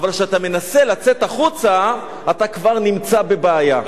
אבל כשאתה מנסה לצאת החוצה, אתה כבר נמצא בבעיה.